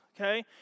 Okay